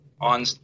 on